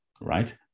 right